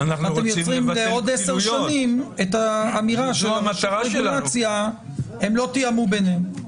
אתם יוצרים בעוד עשר שנים את האמירה שלנו --- הם לא תיאמו ביניהם.